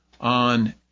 on